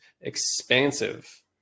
expansive